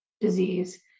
disease